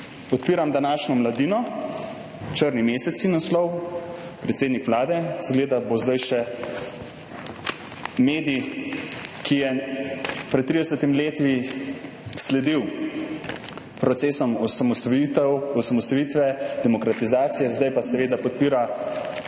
Odpiram današnjo Mladino, Črni meseci je naslov, predsednik Vlade, izgleda, se zdaj še medij, ki je pred 30 leti sledil procesom osamosvojitve, demokratizacije, zdaj pa seveda podpira skrajno